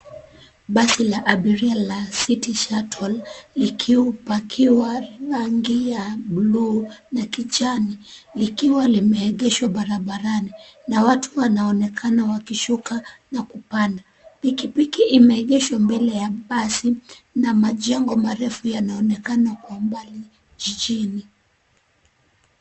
Basi la abiria la City Shuttle likipakiwa rangi ya buluu na kijani likiwa limeegeshwa barabarani na watu wanaonekana wakishuka na kupandaanda. Pikipiki imeegeshwa mbele ya basi na majengo marefu yanaonekana kwa mbali jijini.